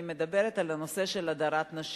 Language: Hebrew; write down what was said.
ואני מדברת על הנושא של הדרת נשים.